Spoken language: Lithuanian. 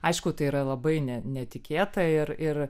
aišku tai yra labai ne netikėta ir ir